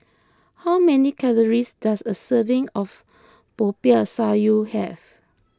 how many calories does a serving of Popiah Sayur have